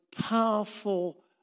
powerful